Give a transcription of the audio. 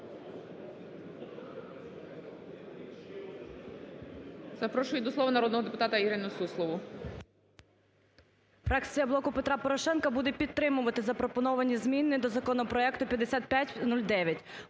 Запрошую до слова народного депутата Ірину Суслову.